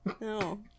No